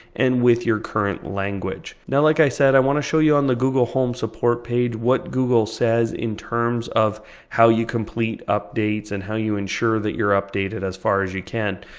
and with your current language. now like i said i want to show you on the google home support page what google says in terms of how you complete updates, and how you ensure that you're updated as far as you can.